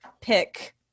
pick